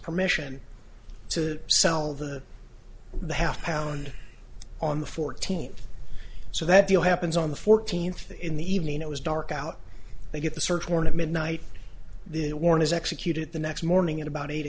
permission to sell the the half pound on the fourteenth so that deal happens on the fourteenth in the evening it was dark out they get the search warrant at midnight the warn is executed the next morning at about eight